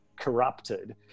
corrupted